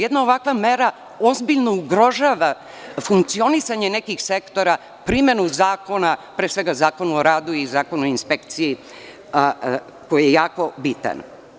Jedna ovakva mera ozbiljno ugrožava funkcionisanje nekih sektora, primenu zakona, pre svega Zakona o radu i Zakona o inspekciji, koji je jako bitan.